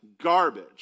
garbage